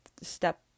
step